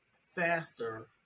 faster